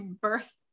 birth